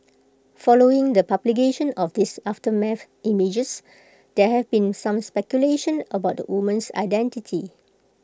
following the publication of these aftermath images there have been some speculation about the woman's identity